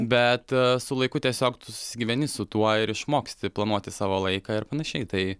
bet su laiku tiesiog tu susigyveni su tuo ir išmoksti planuoti savo laiką ir panašiai tai